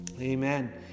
Amen